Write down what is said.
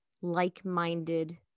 like-minded